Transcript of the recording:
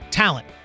talent